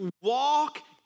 walk